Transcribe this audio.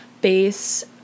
base